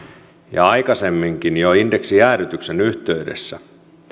ja aikaisemminkin jo indeksijäädytyksen yhteydessä tarpeelliseksi